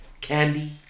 candy